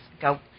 go